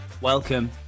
Welcome